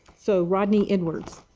so rodney edwards?